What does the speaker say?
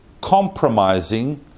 compromising